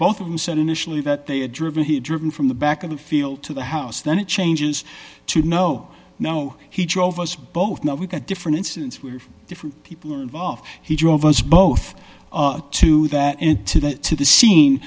both of them said initially that they had driven he driven from the back of the field to the house then it changes to know now he drove us both now we've got different incidents with different people involved he drove us both to that end to the to the scene